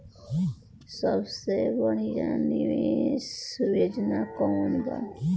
सबसे बढ़िया निवेश योजना कौन बा?